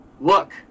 look